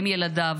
אם ילדיו,